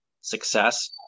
success